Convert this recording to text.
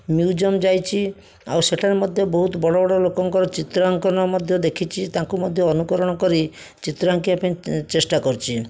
museum ଯାଇଛି ଆଉ ସେଠାରେ ମଧ୍ୟ ବହୁତ ବଡ଼ ବଡ଼ ଲୋକଙ୍କର ଚିତ୍ରାଙ୍କନ ମଧ୍ୟ ଦେଖିଛି ତାଙ୍କୁ ମଧ୍ୟ ଅନୁକରଣ କରି ଚିତ୍ରଆଙ୍କିବା ପାଇଁ ଚେଷ୍ଟା କରିଛି